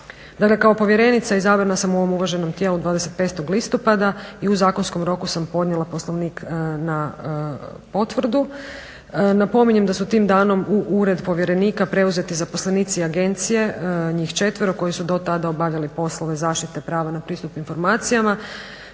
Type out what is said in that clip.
kao povjerenica izabrana sam u ovom uvaženom tijelu 25. listopada i u zakonskom roku sam podnijela Poslovnik na potvrdu. Napominjem da su tim danom u ured povjerenika preuzeti zaposlenici agencije, njih četvero koji su do tada obavljali poslove zaštite prava na pristup informacijama